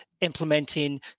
implementing